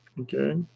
Okay